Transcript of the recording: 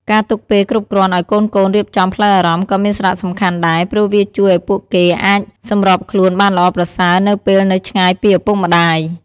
ការទុកពេលគ្រប់គ្រាន់ឱ្យកូនៗរៀបចំផ្លូវអារម្មណ៍ក៏មានសារៈសំខាន់ដែរ ព្រោះវាជួយឲ្យពួកគេអាចសម្របខ្លួនបានល្អប្រសើរនៅពេលនៅឆ្ងាយពីឪពុកម្តាយ។